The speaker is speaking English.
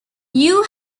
you